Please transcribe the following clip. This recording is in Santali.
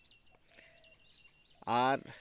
ᱟᱨ